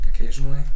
occasionally